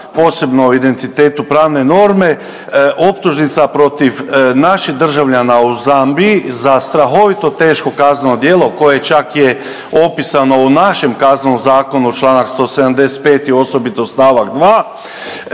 posebno o identitetu pravne norme optužnica protiv naših državljana u Zambija za strahovito teško kazneno djelo koje čak je opisano u našem Kaznenom zakonu članak 175. i osobito stavak 2.